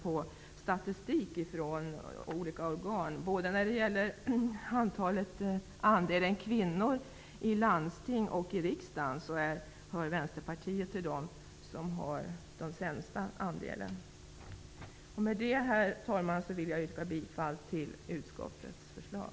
I statistik från olika organ ser man att Vänsterpartiet har den minsta andelen kvinnor både i landsting och i riksdag. Med det, herr talman, vill jag yrka bifall till utskottets förslag.